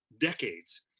decades